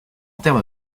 terme